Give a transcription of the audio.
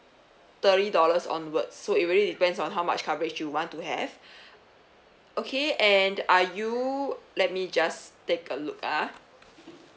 thirty dollars onwards so it really depends on how much coverage you want to have okay and are you let me just take a look ah